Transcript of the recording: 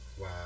Wow